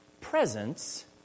presence